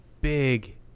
big